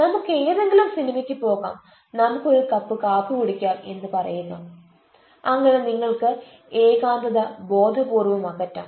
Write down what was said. നമുക്ക് ഏതെങ്കിലും സിനിമക്ക് പോകാം നമുക്ക് ഒരു കപ്പ് കാപ്പി കുടിക്കാം എന്ന് പറയുക അങ്ങനെ നിങ്ങൾക്ക് ഏകാന്തത ബോധപൂർവം അകറ്റാം